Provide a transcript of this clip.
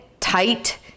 tight